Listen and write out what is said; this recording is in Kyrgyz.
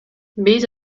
биз